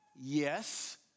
Yes